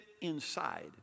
inside